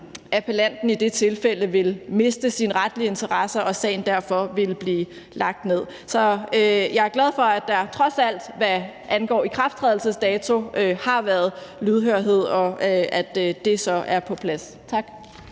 appellanten i det tilfælde ville miste sit retlige interesse og sagen derfor ville blive lagt ned. Så jeg er glad for, at der trods alt, hvad angår ikrafttrædelsesdato, har været lydhørhed, og at det så er på plads. Tak.